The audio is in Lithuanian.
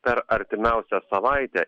per artimiausią savaitę